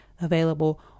available